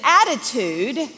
attitude—